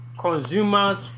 consumers